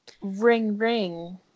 ring-ring